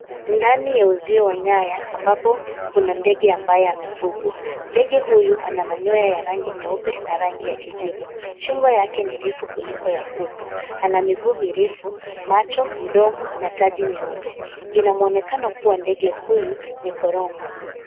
Ndani ya uzio wa nyaya ambapo kuna ndege ambaye amefugwa. Ndege huyu ana manyoya ya rangi nyeupe na rangi ya kijivu. Shingo yake ni refu kuliko ya kuku. Ana miguu mirefu, macho, mdomo na taji nyeupe. Ina mwonekano kuwa ndege huyu ni korongo.